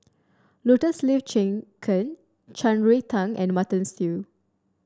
Lotus Leaf Chicken Shan Rui Tang and Mutton Stew